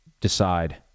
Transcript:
decide